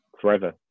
forever